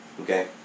Okay